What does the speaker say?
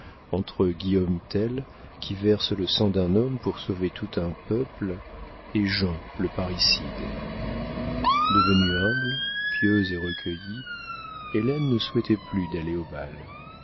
entre guillaume tell qui verse le sang d'un homme pour sauver tout un peuple et jean le parricide devenue humble pieuse et recueillie hélène ne souhaitait plus d'aller au bal